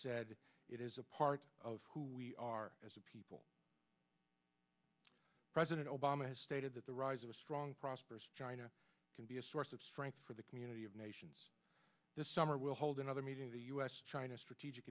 said it is a part of who we are as a people president obama has stated that the rise of a strong prosperous china can be a source of strength for the community of nations this summer will hold another meeting of the u s china strategic